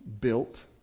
built